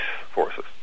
forces